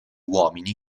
uomini